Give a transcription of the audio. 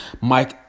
Mike